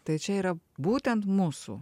tai čia yra būtent mūsų